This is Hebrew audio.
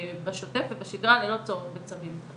בשוטף ובשגרה ללא צורך בצווים.